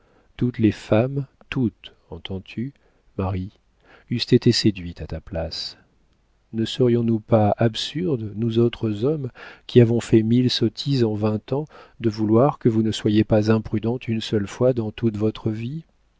toutes les femmes toutes entends-tu marie eussent été séduites à ta place ne serions-nous pas absurdes nous autres hommes qui avons fait mille sottises en vingt ans de vouloir que vous ne soyez pas imprudentes une seule fois dans toute votre vie